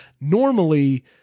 normally